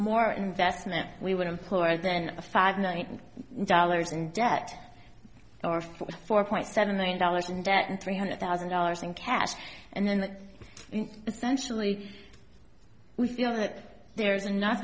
more investment we would employ then a five nine dollars in debt or for four point seven million dollars in debt and three hundred thousand dollars in cash and then essentially we feel that there's enough